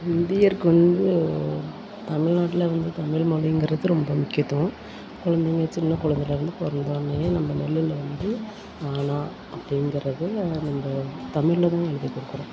இந்தியருக்கு வந்து தமிழ்நாட்டுல வந்து தமிழ் மொழிங்கறது ரொம்ப முக்கியத்துவம் கொழந்தைங்க சின்ன கொழந்தையிலருந்து பிறந்ததோன்னையே நம்ம மொழியில் வந்து அ னா அப்டிங்கிறது நம்ம தமிழ்ல தான் எழுதி கொடுக்கிறோம்